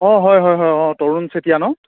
অঁ হয় হয় হয় অঁ তৰুণ চেতীয়া ন